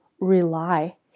rely